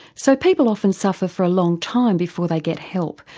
so people often suffer for a long time before they get help,